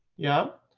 yeah.